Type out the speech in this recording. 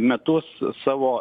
metus savo